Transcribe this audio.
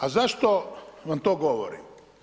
A zašto vam to govorim?